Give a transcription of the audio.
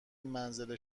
منزل